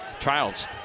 Childs